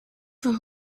für